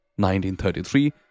1933